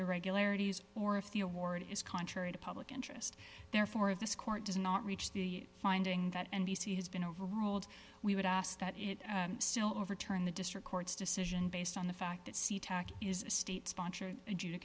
irregularities or if the award is contrary to public interest therefore if this court does not reach the finding that n b c has been overruled we would ask that it still overturn the district court's decision based on the fact that sea tac is a state sponsored